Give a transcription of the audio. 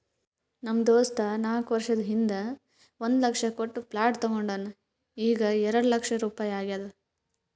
ನಮ್ ದೋಸ್ತ ನಾಕ್ ವರ್ಷ ಹಿಂದ್ ಒಂದ್ ಲಕ್ಷ ಕೊಟ್ಟ ಪ್ಲಾಟ್ ತೊಂಡಾನ ಈಗ್ಎರೆಡ್ ಲಕ್ಷ ರುಪಾಯಿ ಆಗ್ಯಾದ್